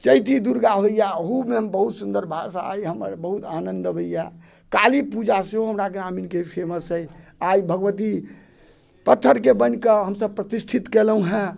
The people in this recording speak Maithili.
चैती दुर्गा होइया ओहोमे बहुत सुंदर भाषा अइ हमर बहुत आनंद अबैया काली पूजा सेहो हमरा ग्रामीणके फेमस अइ आय भगवती पत्थरके बनिके हमसब प्रतिष्ठित कयलहुँ हँ